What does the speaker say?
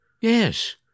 Yes